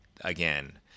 again